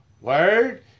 Word